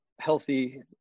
healthy